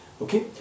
Okay